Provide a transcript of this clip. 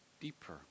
deeper